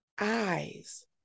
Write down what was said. eyes